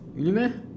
really meh